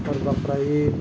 اور بقرہ عید